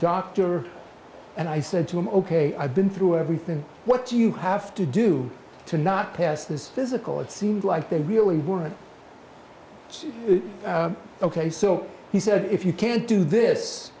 doctor and i said to him ok i've been through everything what you have to do to not pass this physical it seemed like they really weren't ok so he said if you can't do this